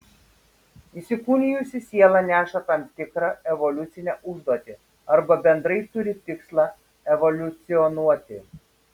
įsikūnijusi siela neša tam tikrą evoliucinę užduotį arba bendrai turi tikslą evoliucionuoti